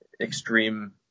extreme